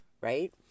right